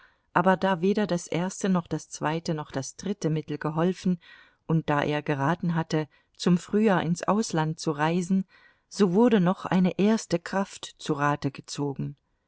aber da weder das erste noch das zweite noch das dritte mittel geholfen und da er geraten hatte zum frühjahr ins ausland zu reisen so wurde noch eine erste kraft zu rate gezogen